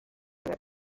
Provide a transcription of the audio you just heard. their